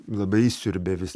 labai įsiurbia vis